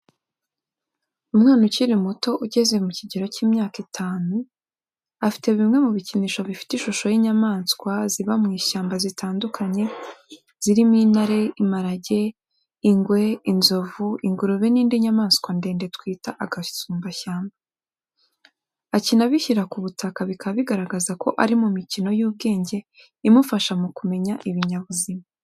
Umwana ukiri muto ugeze mu kigero cy’imyaka itanu, afite bimwe mu bikinisho bifite ishusho y’inyamaswa ziba mu ishyamba zitandukanye, zirimo intare, imparage, ingwe, inzovu, ingurube n’indi nyamanswa ndende twita gasumbashyamba. Akina abishyira ku butaka, bikaba bigaragaza ko ari mu mikino y’ubwenge imufasha mu kumenya ibinyabuzima.